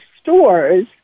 stores